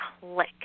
click